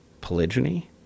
polygyny